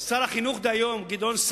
לא הצבענו, עם כל הכבוד, בעד החוק הזה.